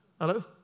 Hello